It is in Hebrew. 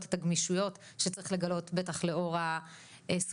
את הגמישות שצריך לגלות ובטח לאור סופת